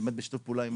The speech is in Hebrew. בשיתוף פעולה עם